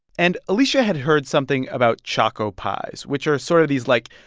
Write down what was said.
and alicia had heard something about choco pies, which are sort of these, like,